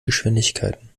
geschwindigkeiten